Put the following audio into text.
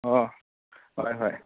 ꯑꯣ ꯍꯣꯏ ꯍꯣꯏ